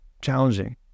challenging